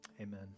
amen